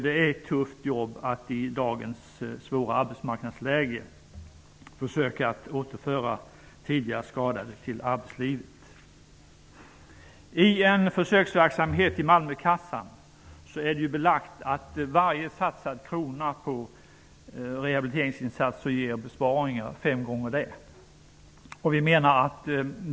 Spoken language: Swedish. Det är ett tufft jobb att i dagens svåra arbetsmarknadsläge försöka återföra tidigare skadade till arbetslivet. I en försöksverksamhet i Malmöhuskassan är det belagt att varje satsad krona på rehabiliteringsinsatser ger fem gånger så stora besparingar.